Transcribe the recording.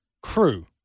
crew